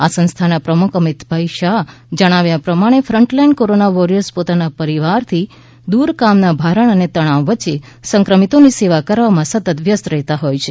આ સંસ્થા ના પ્રમુખ અમિતાભ શાહના જણાવ્યા પ્રમાણે ફ્રન્ટલાઇન કોરોના વોરિયર્સ પોતાના પરિવારથી દૂર કામના ભારણ અને તણાવ વચ્ચે સંક્રમિતોની સેવા કરવામાં સતત વ્યસ્ત રહેતા હોય છે